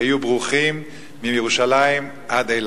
היו ברוכים מירושלים עד אילת.